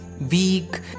weak